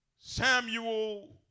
Samuel